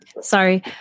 sorry